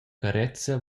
carezia